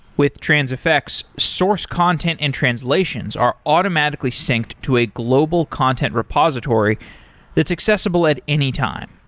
with transifex, source content and translations are automatically synced to a global content repository that's accessible at any time.